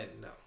no